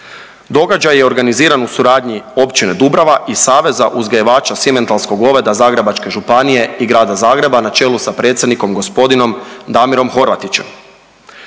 Događaj je organiziran u suradnji općine Dubrava i Saveza uzgajivača simentalskog goveda Zagrebačke županije i Grada Zagreba na čelu sa predsjednikom gospodinom Damirom Horvatićem.